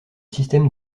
système